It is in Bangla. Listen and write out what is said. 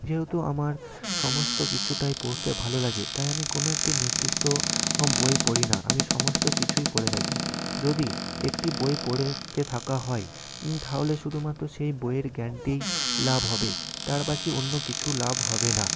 যেহেতু আমার সমস্ত কিছুটাই পড়তে ভালো লাগে তাই আমি কোনো একটি নির্দিষ্ট বই পড়ি না আমি সমস্ত কিছুই পড়ে থাকি যদি একটি বই পড়তে থাকা হয় তাহলে শুধুমাত্র সেই বইয়ের জ্ঞানটিই লাভ হবে তার বাকি অন্য কিছু লাভ হবে না